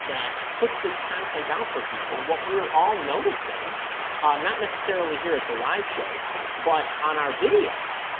that puts this content out for people what we're all noticing not necessarily here at the live shows but on our videos